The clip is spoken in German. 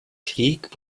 krieg